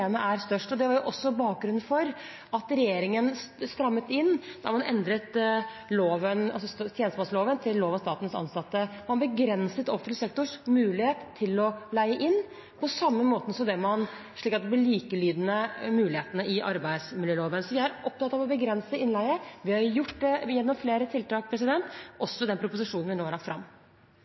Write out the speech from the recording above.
størst. Det var også bakgrunnen for at regjeringen strammet inn da man endret tjenestemannsloven til lov om statens ansatte. Man begrenset offentlig sektors mulighet til å leie inn, slik at det ble likelydende med mulighetene i arbeidsmiljøloven. Så vi er opptatt av å begrense innleie, og vi har gjort det gjennom flere tiltak, også i den proposisjonen vi nå har lagt fram.